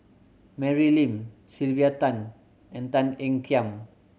Mary Lim Sylvia Tan and Tan Ean Kiam